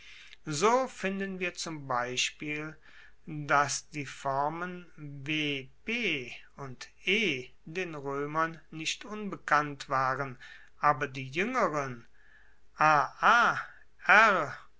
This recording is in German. so finden wir zum beispiel dass die formen w p und e den roemern nicht unbekannt waren aber die juengeren aa